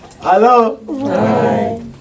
Hello